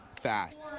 fast